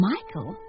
Michael